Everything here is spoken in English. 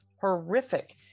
horrific